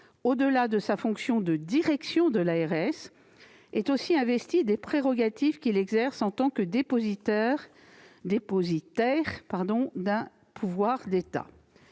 au-delà de sa fonction de direction de l'ARS, il est aussi investi de prérogatives qu'il exerce en tant que dépositaire d'un pouvoir d'État.